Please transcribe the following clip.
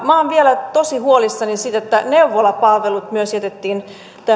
minä olen tosi huolissani vielä siitä että neuvolapalvelut myös jätettiin